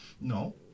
No